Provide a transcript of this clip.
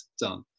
done